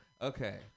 okay